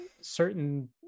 certain